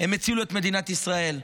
הם הצילו את מדינת ישראל.